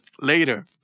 later